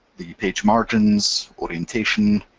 the page margins, orientation,